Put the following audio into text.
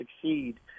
succeed